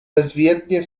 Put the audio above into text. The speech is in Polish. bezwiednie